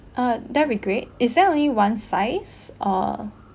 uh that'll be great is that only one size or